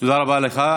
תודה רבה לך.